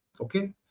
okay